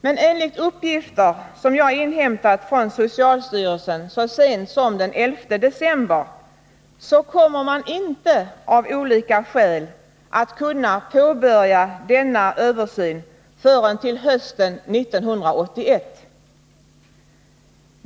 Men enligt uppgifter som jag inhämtat från socialstyrelsen så sent som den 11 december kommer man av olika skäl inte att kunna påbörja denna översyn förrän till hösten 1981.